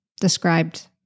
described